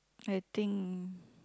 I think